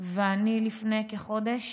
ואני לפני כחודש